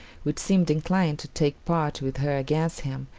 which seemed inclined to take part with her against him,